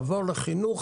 עבור לחינוך,